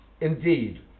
Indeed